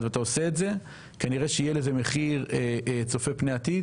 ואתה עושה את זה כנראה שיהיה לזה מחיר צופה פני עתיד